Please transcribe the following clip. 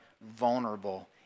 vulnerable